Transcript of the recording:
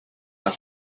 are